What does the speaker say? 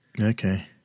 Okay